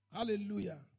Hallelujah